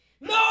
No